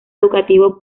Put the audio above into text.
educativo